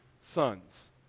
sons